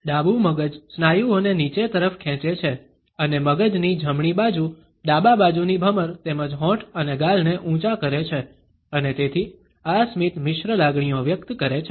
ડાબુ મગજ સ્નાયુઓને નીચે તરફ ખેંચે છે અને મગજની જમણી બાજુ ડાબા બાજુની ભમર તેમજ હોઠ અને ગાલને ઊંચા કરે છે અને તેથી આ સ્મિત મિશ્ર લાગણીઓ વ્યક્ત કરે છે